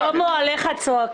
שלמה , עליך צועקים.